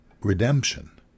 redemption